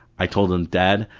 i told him dad,